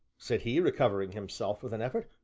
said he, recovering himself with an effort,